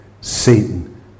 Satan